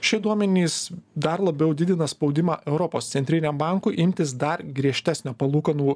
šie duomenys dar labiau didina spaudimą europos centriniam bankui imtis dar griežtesnio palūkanų